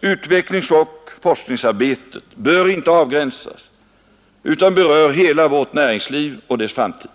utvecklingsoch forskningsarbete bör inte avgränsas utan berör hela vårt näringsliv och dess framtid.